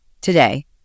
today